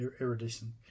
iridescent